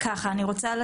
הדיבור